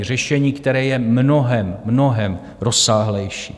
Řešení, které je mnohem, mnohem rozsáhlejší.